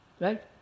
Right